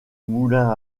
moulin